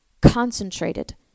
concentrated